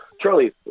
Charlie